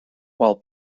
while